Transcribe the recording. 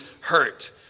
hurt